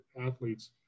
athletes